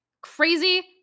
crazy